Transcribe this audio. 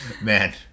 Man